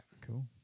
Cool